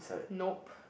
nope